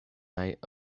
night